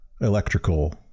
electrical